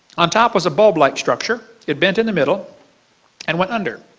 on top was a bulb-like structure. it bent in the middle and went under.